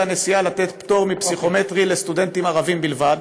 הנשיאה לתת פטור מפסיכומטרי לסטודנטים ערבים בלבד,